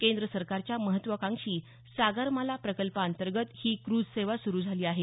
केंद्र सरकारच्या महत्वाकांक्षी सागरमाला प्रकल्पाअंतर्गत ही क्रूझ सेवा सुरु झाली आहे